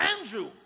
andrew